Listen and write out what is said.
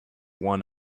one